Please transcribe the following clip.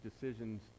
decisions